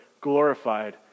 glorified